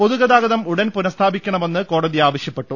പൊതുഗതാഗതം ഉടൻ പുനസ്ഥാപിക്കണമെന്ന് കോടതി ആവശ്യപ്പെട്ടു